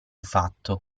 fatto